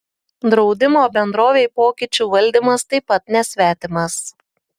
draudimo bendrovei pokyčių valdymas taip pat nesvetimas